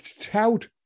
tout